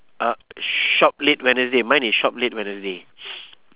ah shop late wednesday mine is shop late wednesday